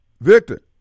Victor